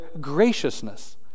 graciousness